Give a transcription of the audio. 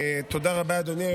דיון.